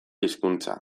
hizkuntza